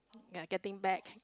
your getting back